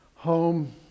home